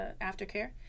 aftercare